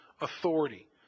authority